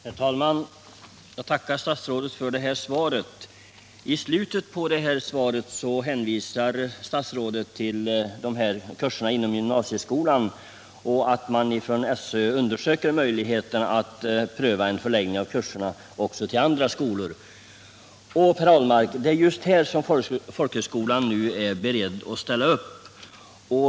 Herr talman! Jag tackar statsrådet för svaret på min fråga. I slutet av sitt svar hänvisar statsrådet till kurserna inom gymnasieskolan och pekar på att SÖ undersöker möjligheter att pröva en förläggning av kurserna också till andra skolor. Det är just i det avseendet som folkhögskolan nu är beredd att ställa upp.